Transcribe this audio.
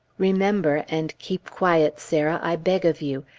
remember and keep quiet, sarah, i beg of you.